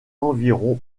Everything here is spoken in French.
environ